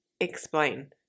explain